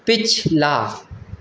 پچھلا